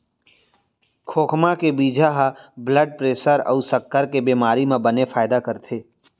खोखमा के बीजा ह ब्लड प्रेसर अउ सक्कर के बेमारी म बने फायदा करथे